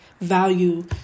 value